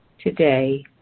today